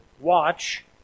watch